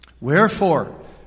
Wherefore